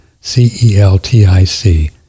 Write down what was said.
C-E-L-T-I-C